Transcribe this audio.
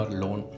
loan